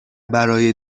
برای